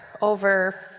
over